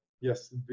Yes